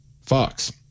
Fox